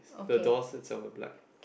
the doors is our black